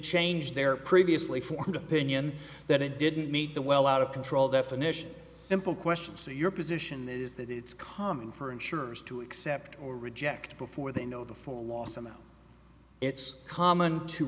change their previously formed opinion that it didn't meet the well out of control definition simple questions to your position is that it's common for insurers to accept or reject before they know the full loss and it's common to